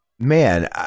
Man